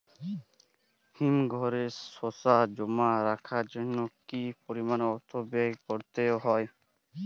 হিমঘরে শসা জমা রাখার জন্য কি পরিমাণ অর্থ ব্যয় করতে হয়?